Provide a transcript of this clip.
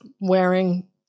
wearing